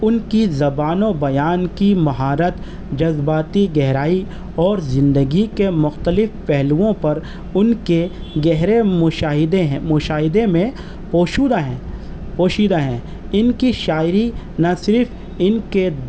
ان کی زبان و بیان کی مہارت جذباتی گہرائی اور زندگی کے مختلف پہلوؤں پر ان کے گہرے مشاہدے ہیں مشاہدے میں پوشیدہ ہیں پویشدہ ہیں ان کی شاعری نہ صرف ان کے